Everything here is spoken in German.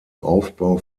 aufbau